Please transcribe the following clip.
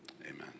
Amen